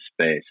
space